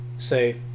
say